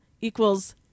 equals